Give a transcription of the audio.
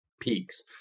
peaks